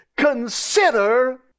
consider